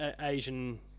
Asian